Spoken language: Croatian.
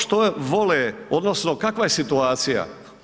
Što vole odnosno kakva je situacija?